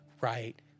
right